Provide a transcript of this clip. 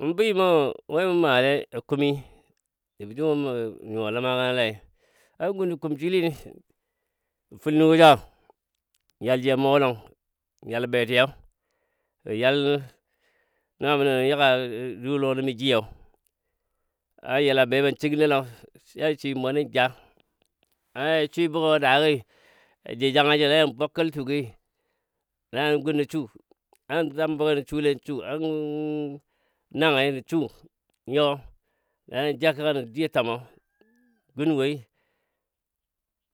Mu bəi mu we mə male a kumi jəbə ju mə nyuwa ləma gənɔ lai nan gun nə kumsi li fəl nugɔso in yalji a mugɔ ləng yal betiyan banyal nəbə nə yiga du lɔ nəbɔ jiyou an yilan bei banshig nəlo a ja shi mwani nja a ja swi buge a daagi ja jɔ jangajẹlo na yan bwa kaltu gi lanə gun nə su an twam buge ne sulei nə su an nangai nə su you jakəga nə jwiyo twamɔ na nə gun woi